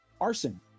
arson